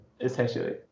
essentially